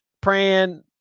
praying